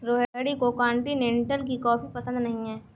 रोहिणी को कॉन्टिनेन्टल की कॉफी पसंद नहीं है